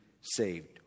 saved